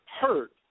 hurt